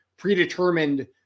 predetermined